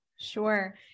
Sure